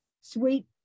sweet